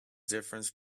difference